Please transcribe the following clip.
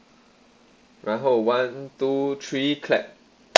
然后 one two three clap